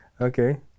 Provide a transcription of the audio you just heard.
Okay